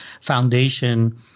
foundation